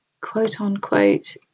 quote-unquote